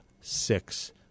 six